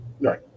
Right